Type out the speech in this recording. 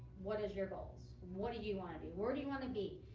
what is your goals? what do you want to be? where do you want to be?